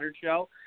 Show